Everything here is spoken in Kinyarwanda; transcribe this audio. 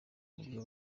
uburyo